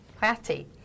Patty